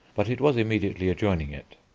but it was immediately adjoining it.